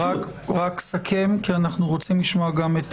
אנא רק סכם כי אנחנו רוצים לשמוע גם את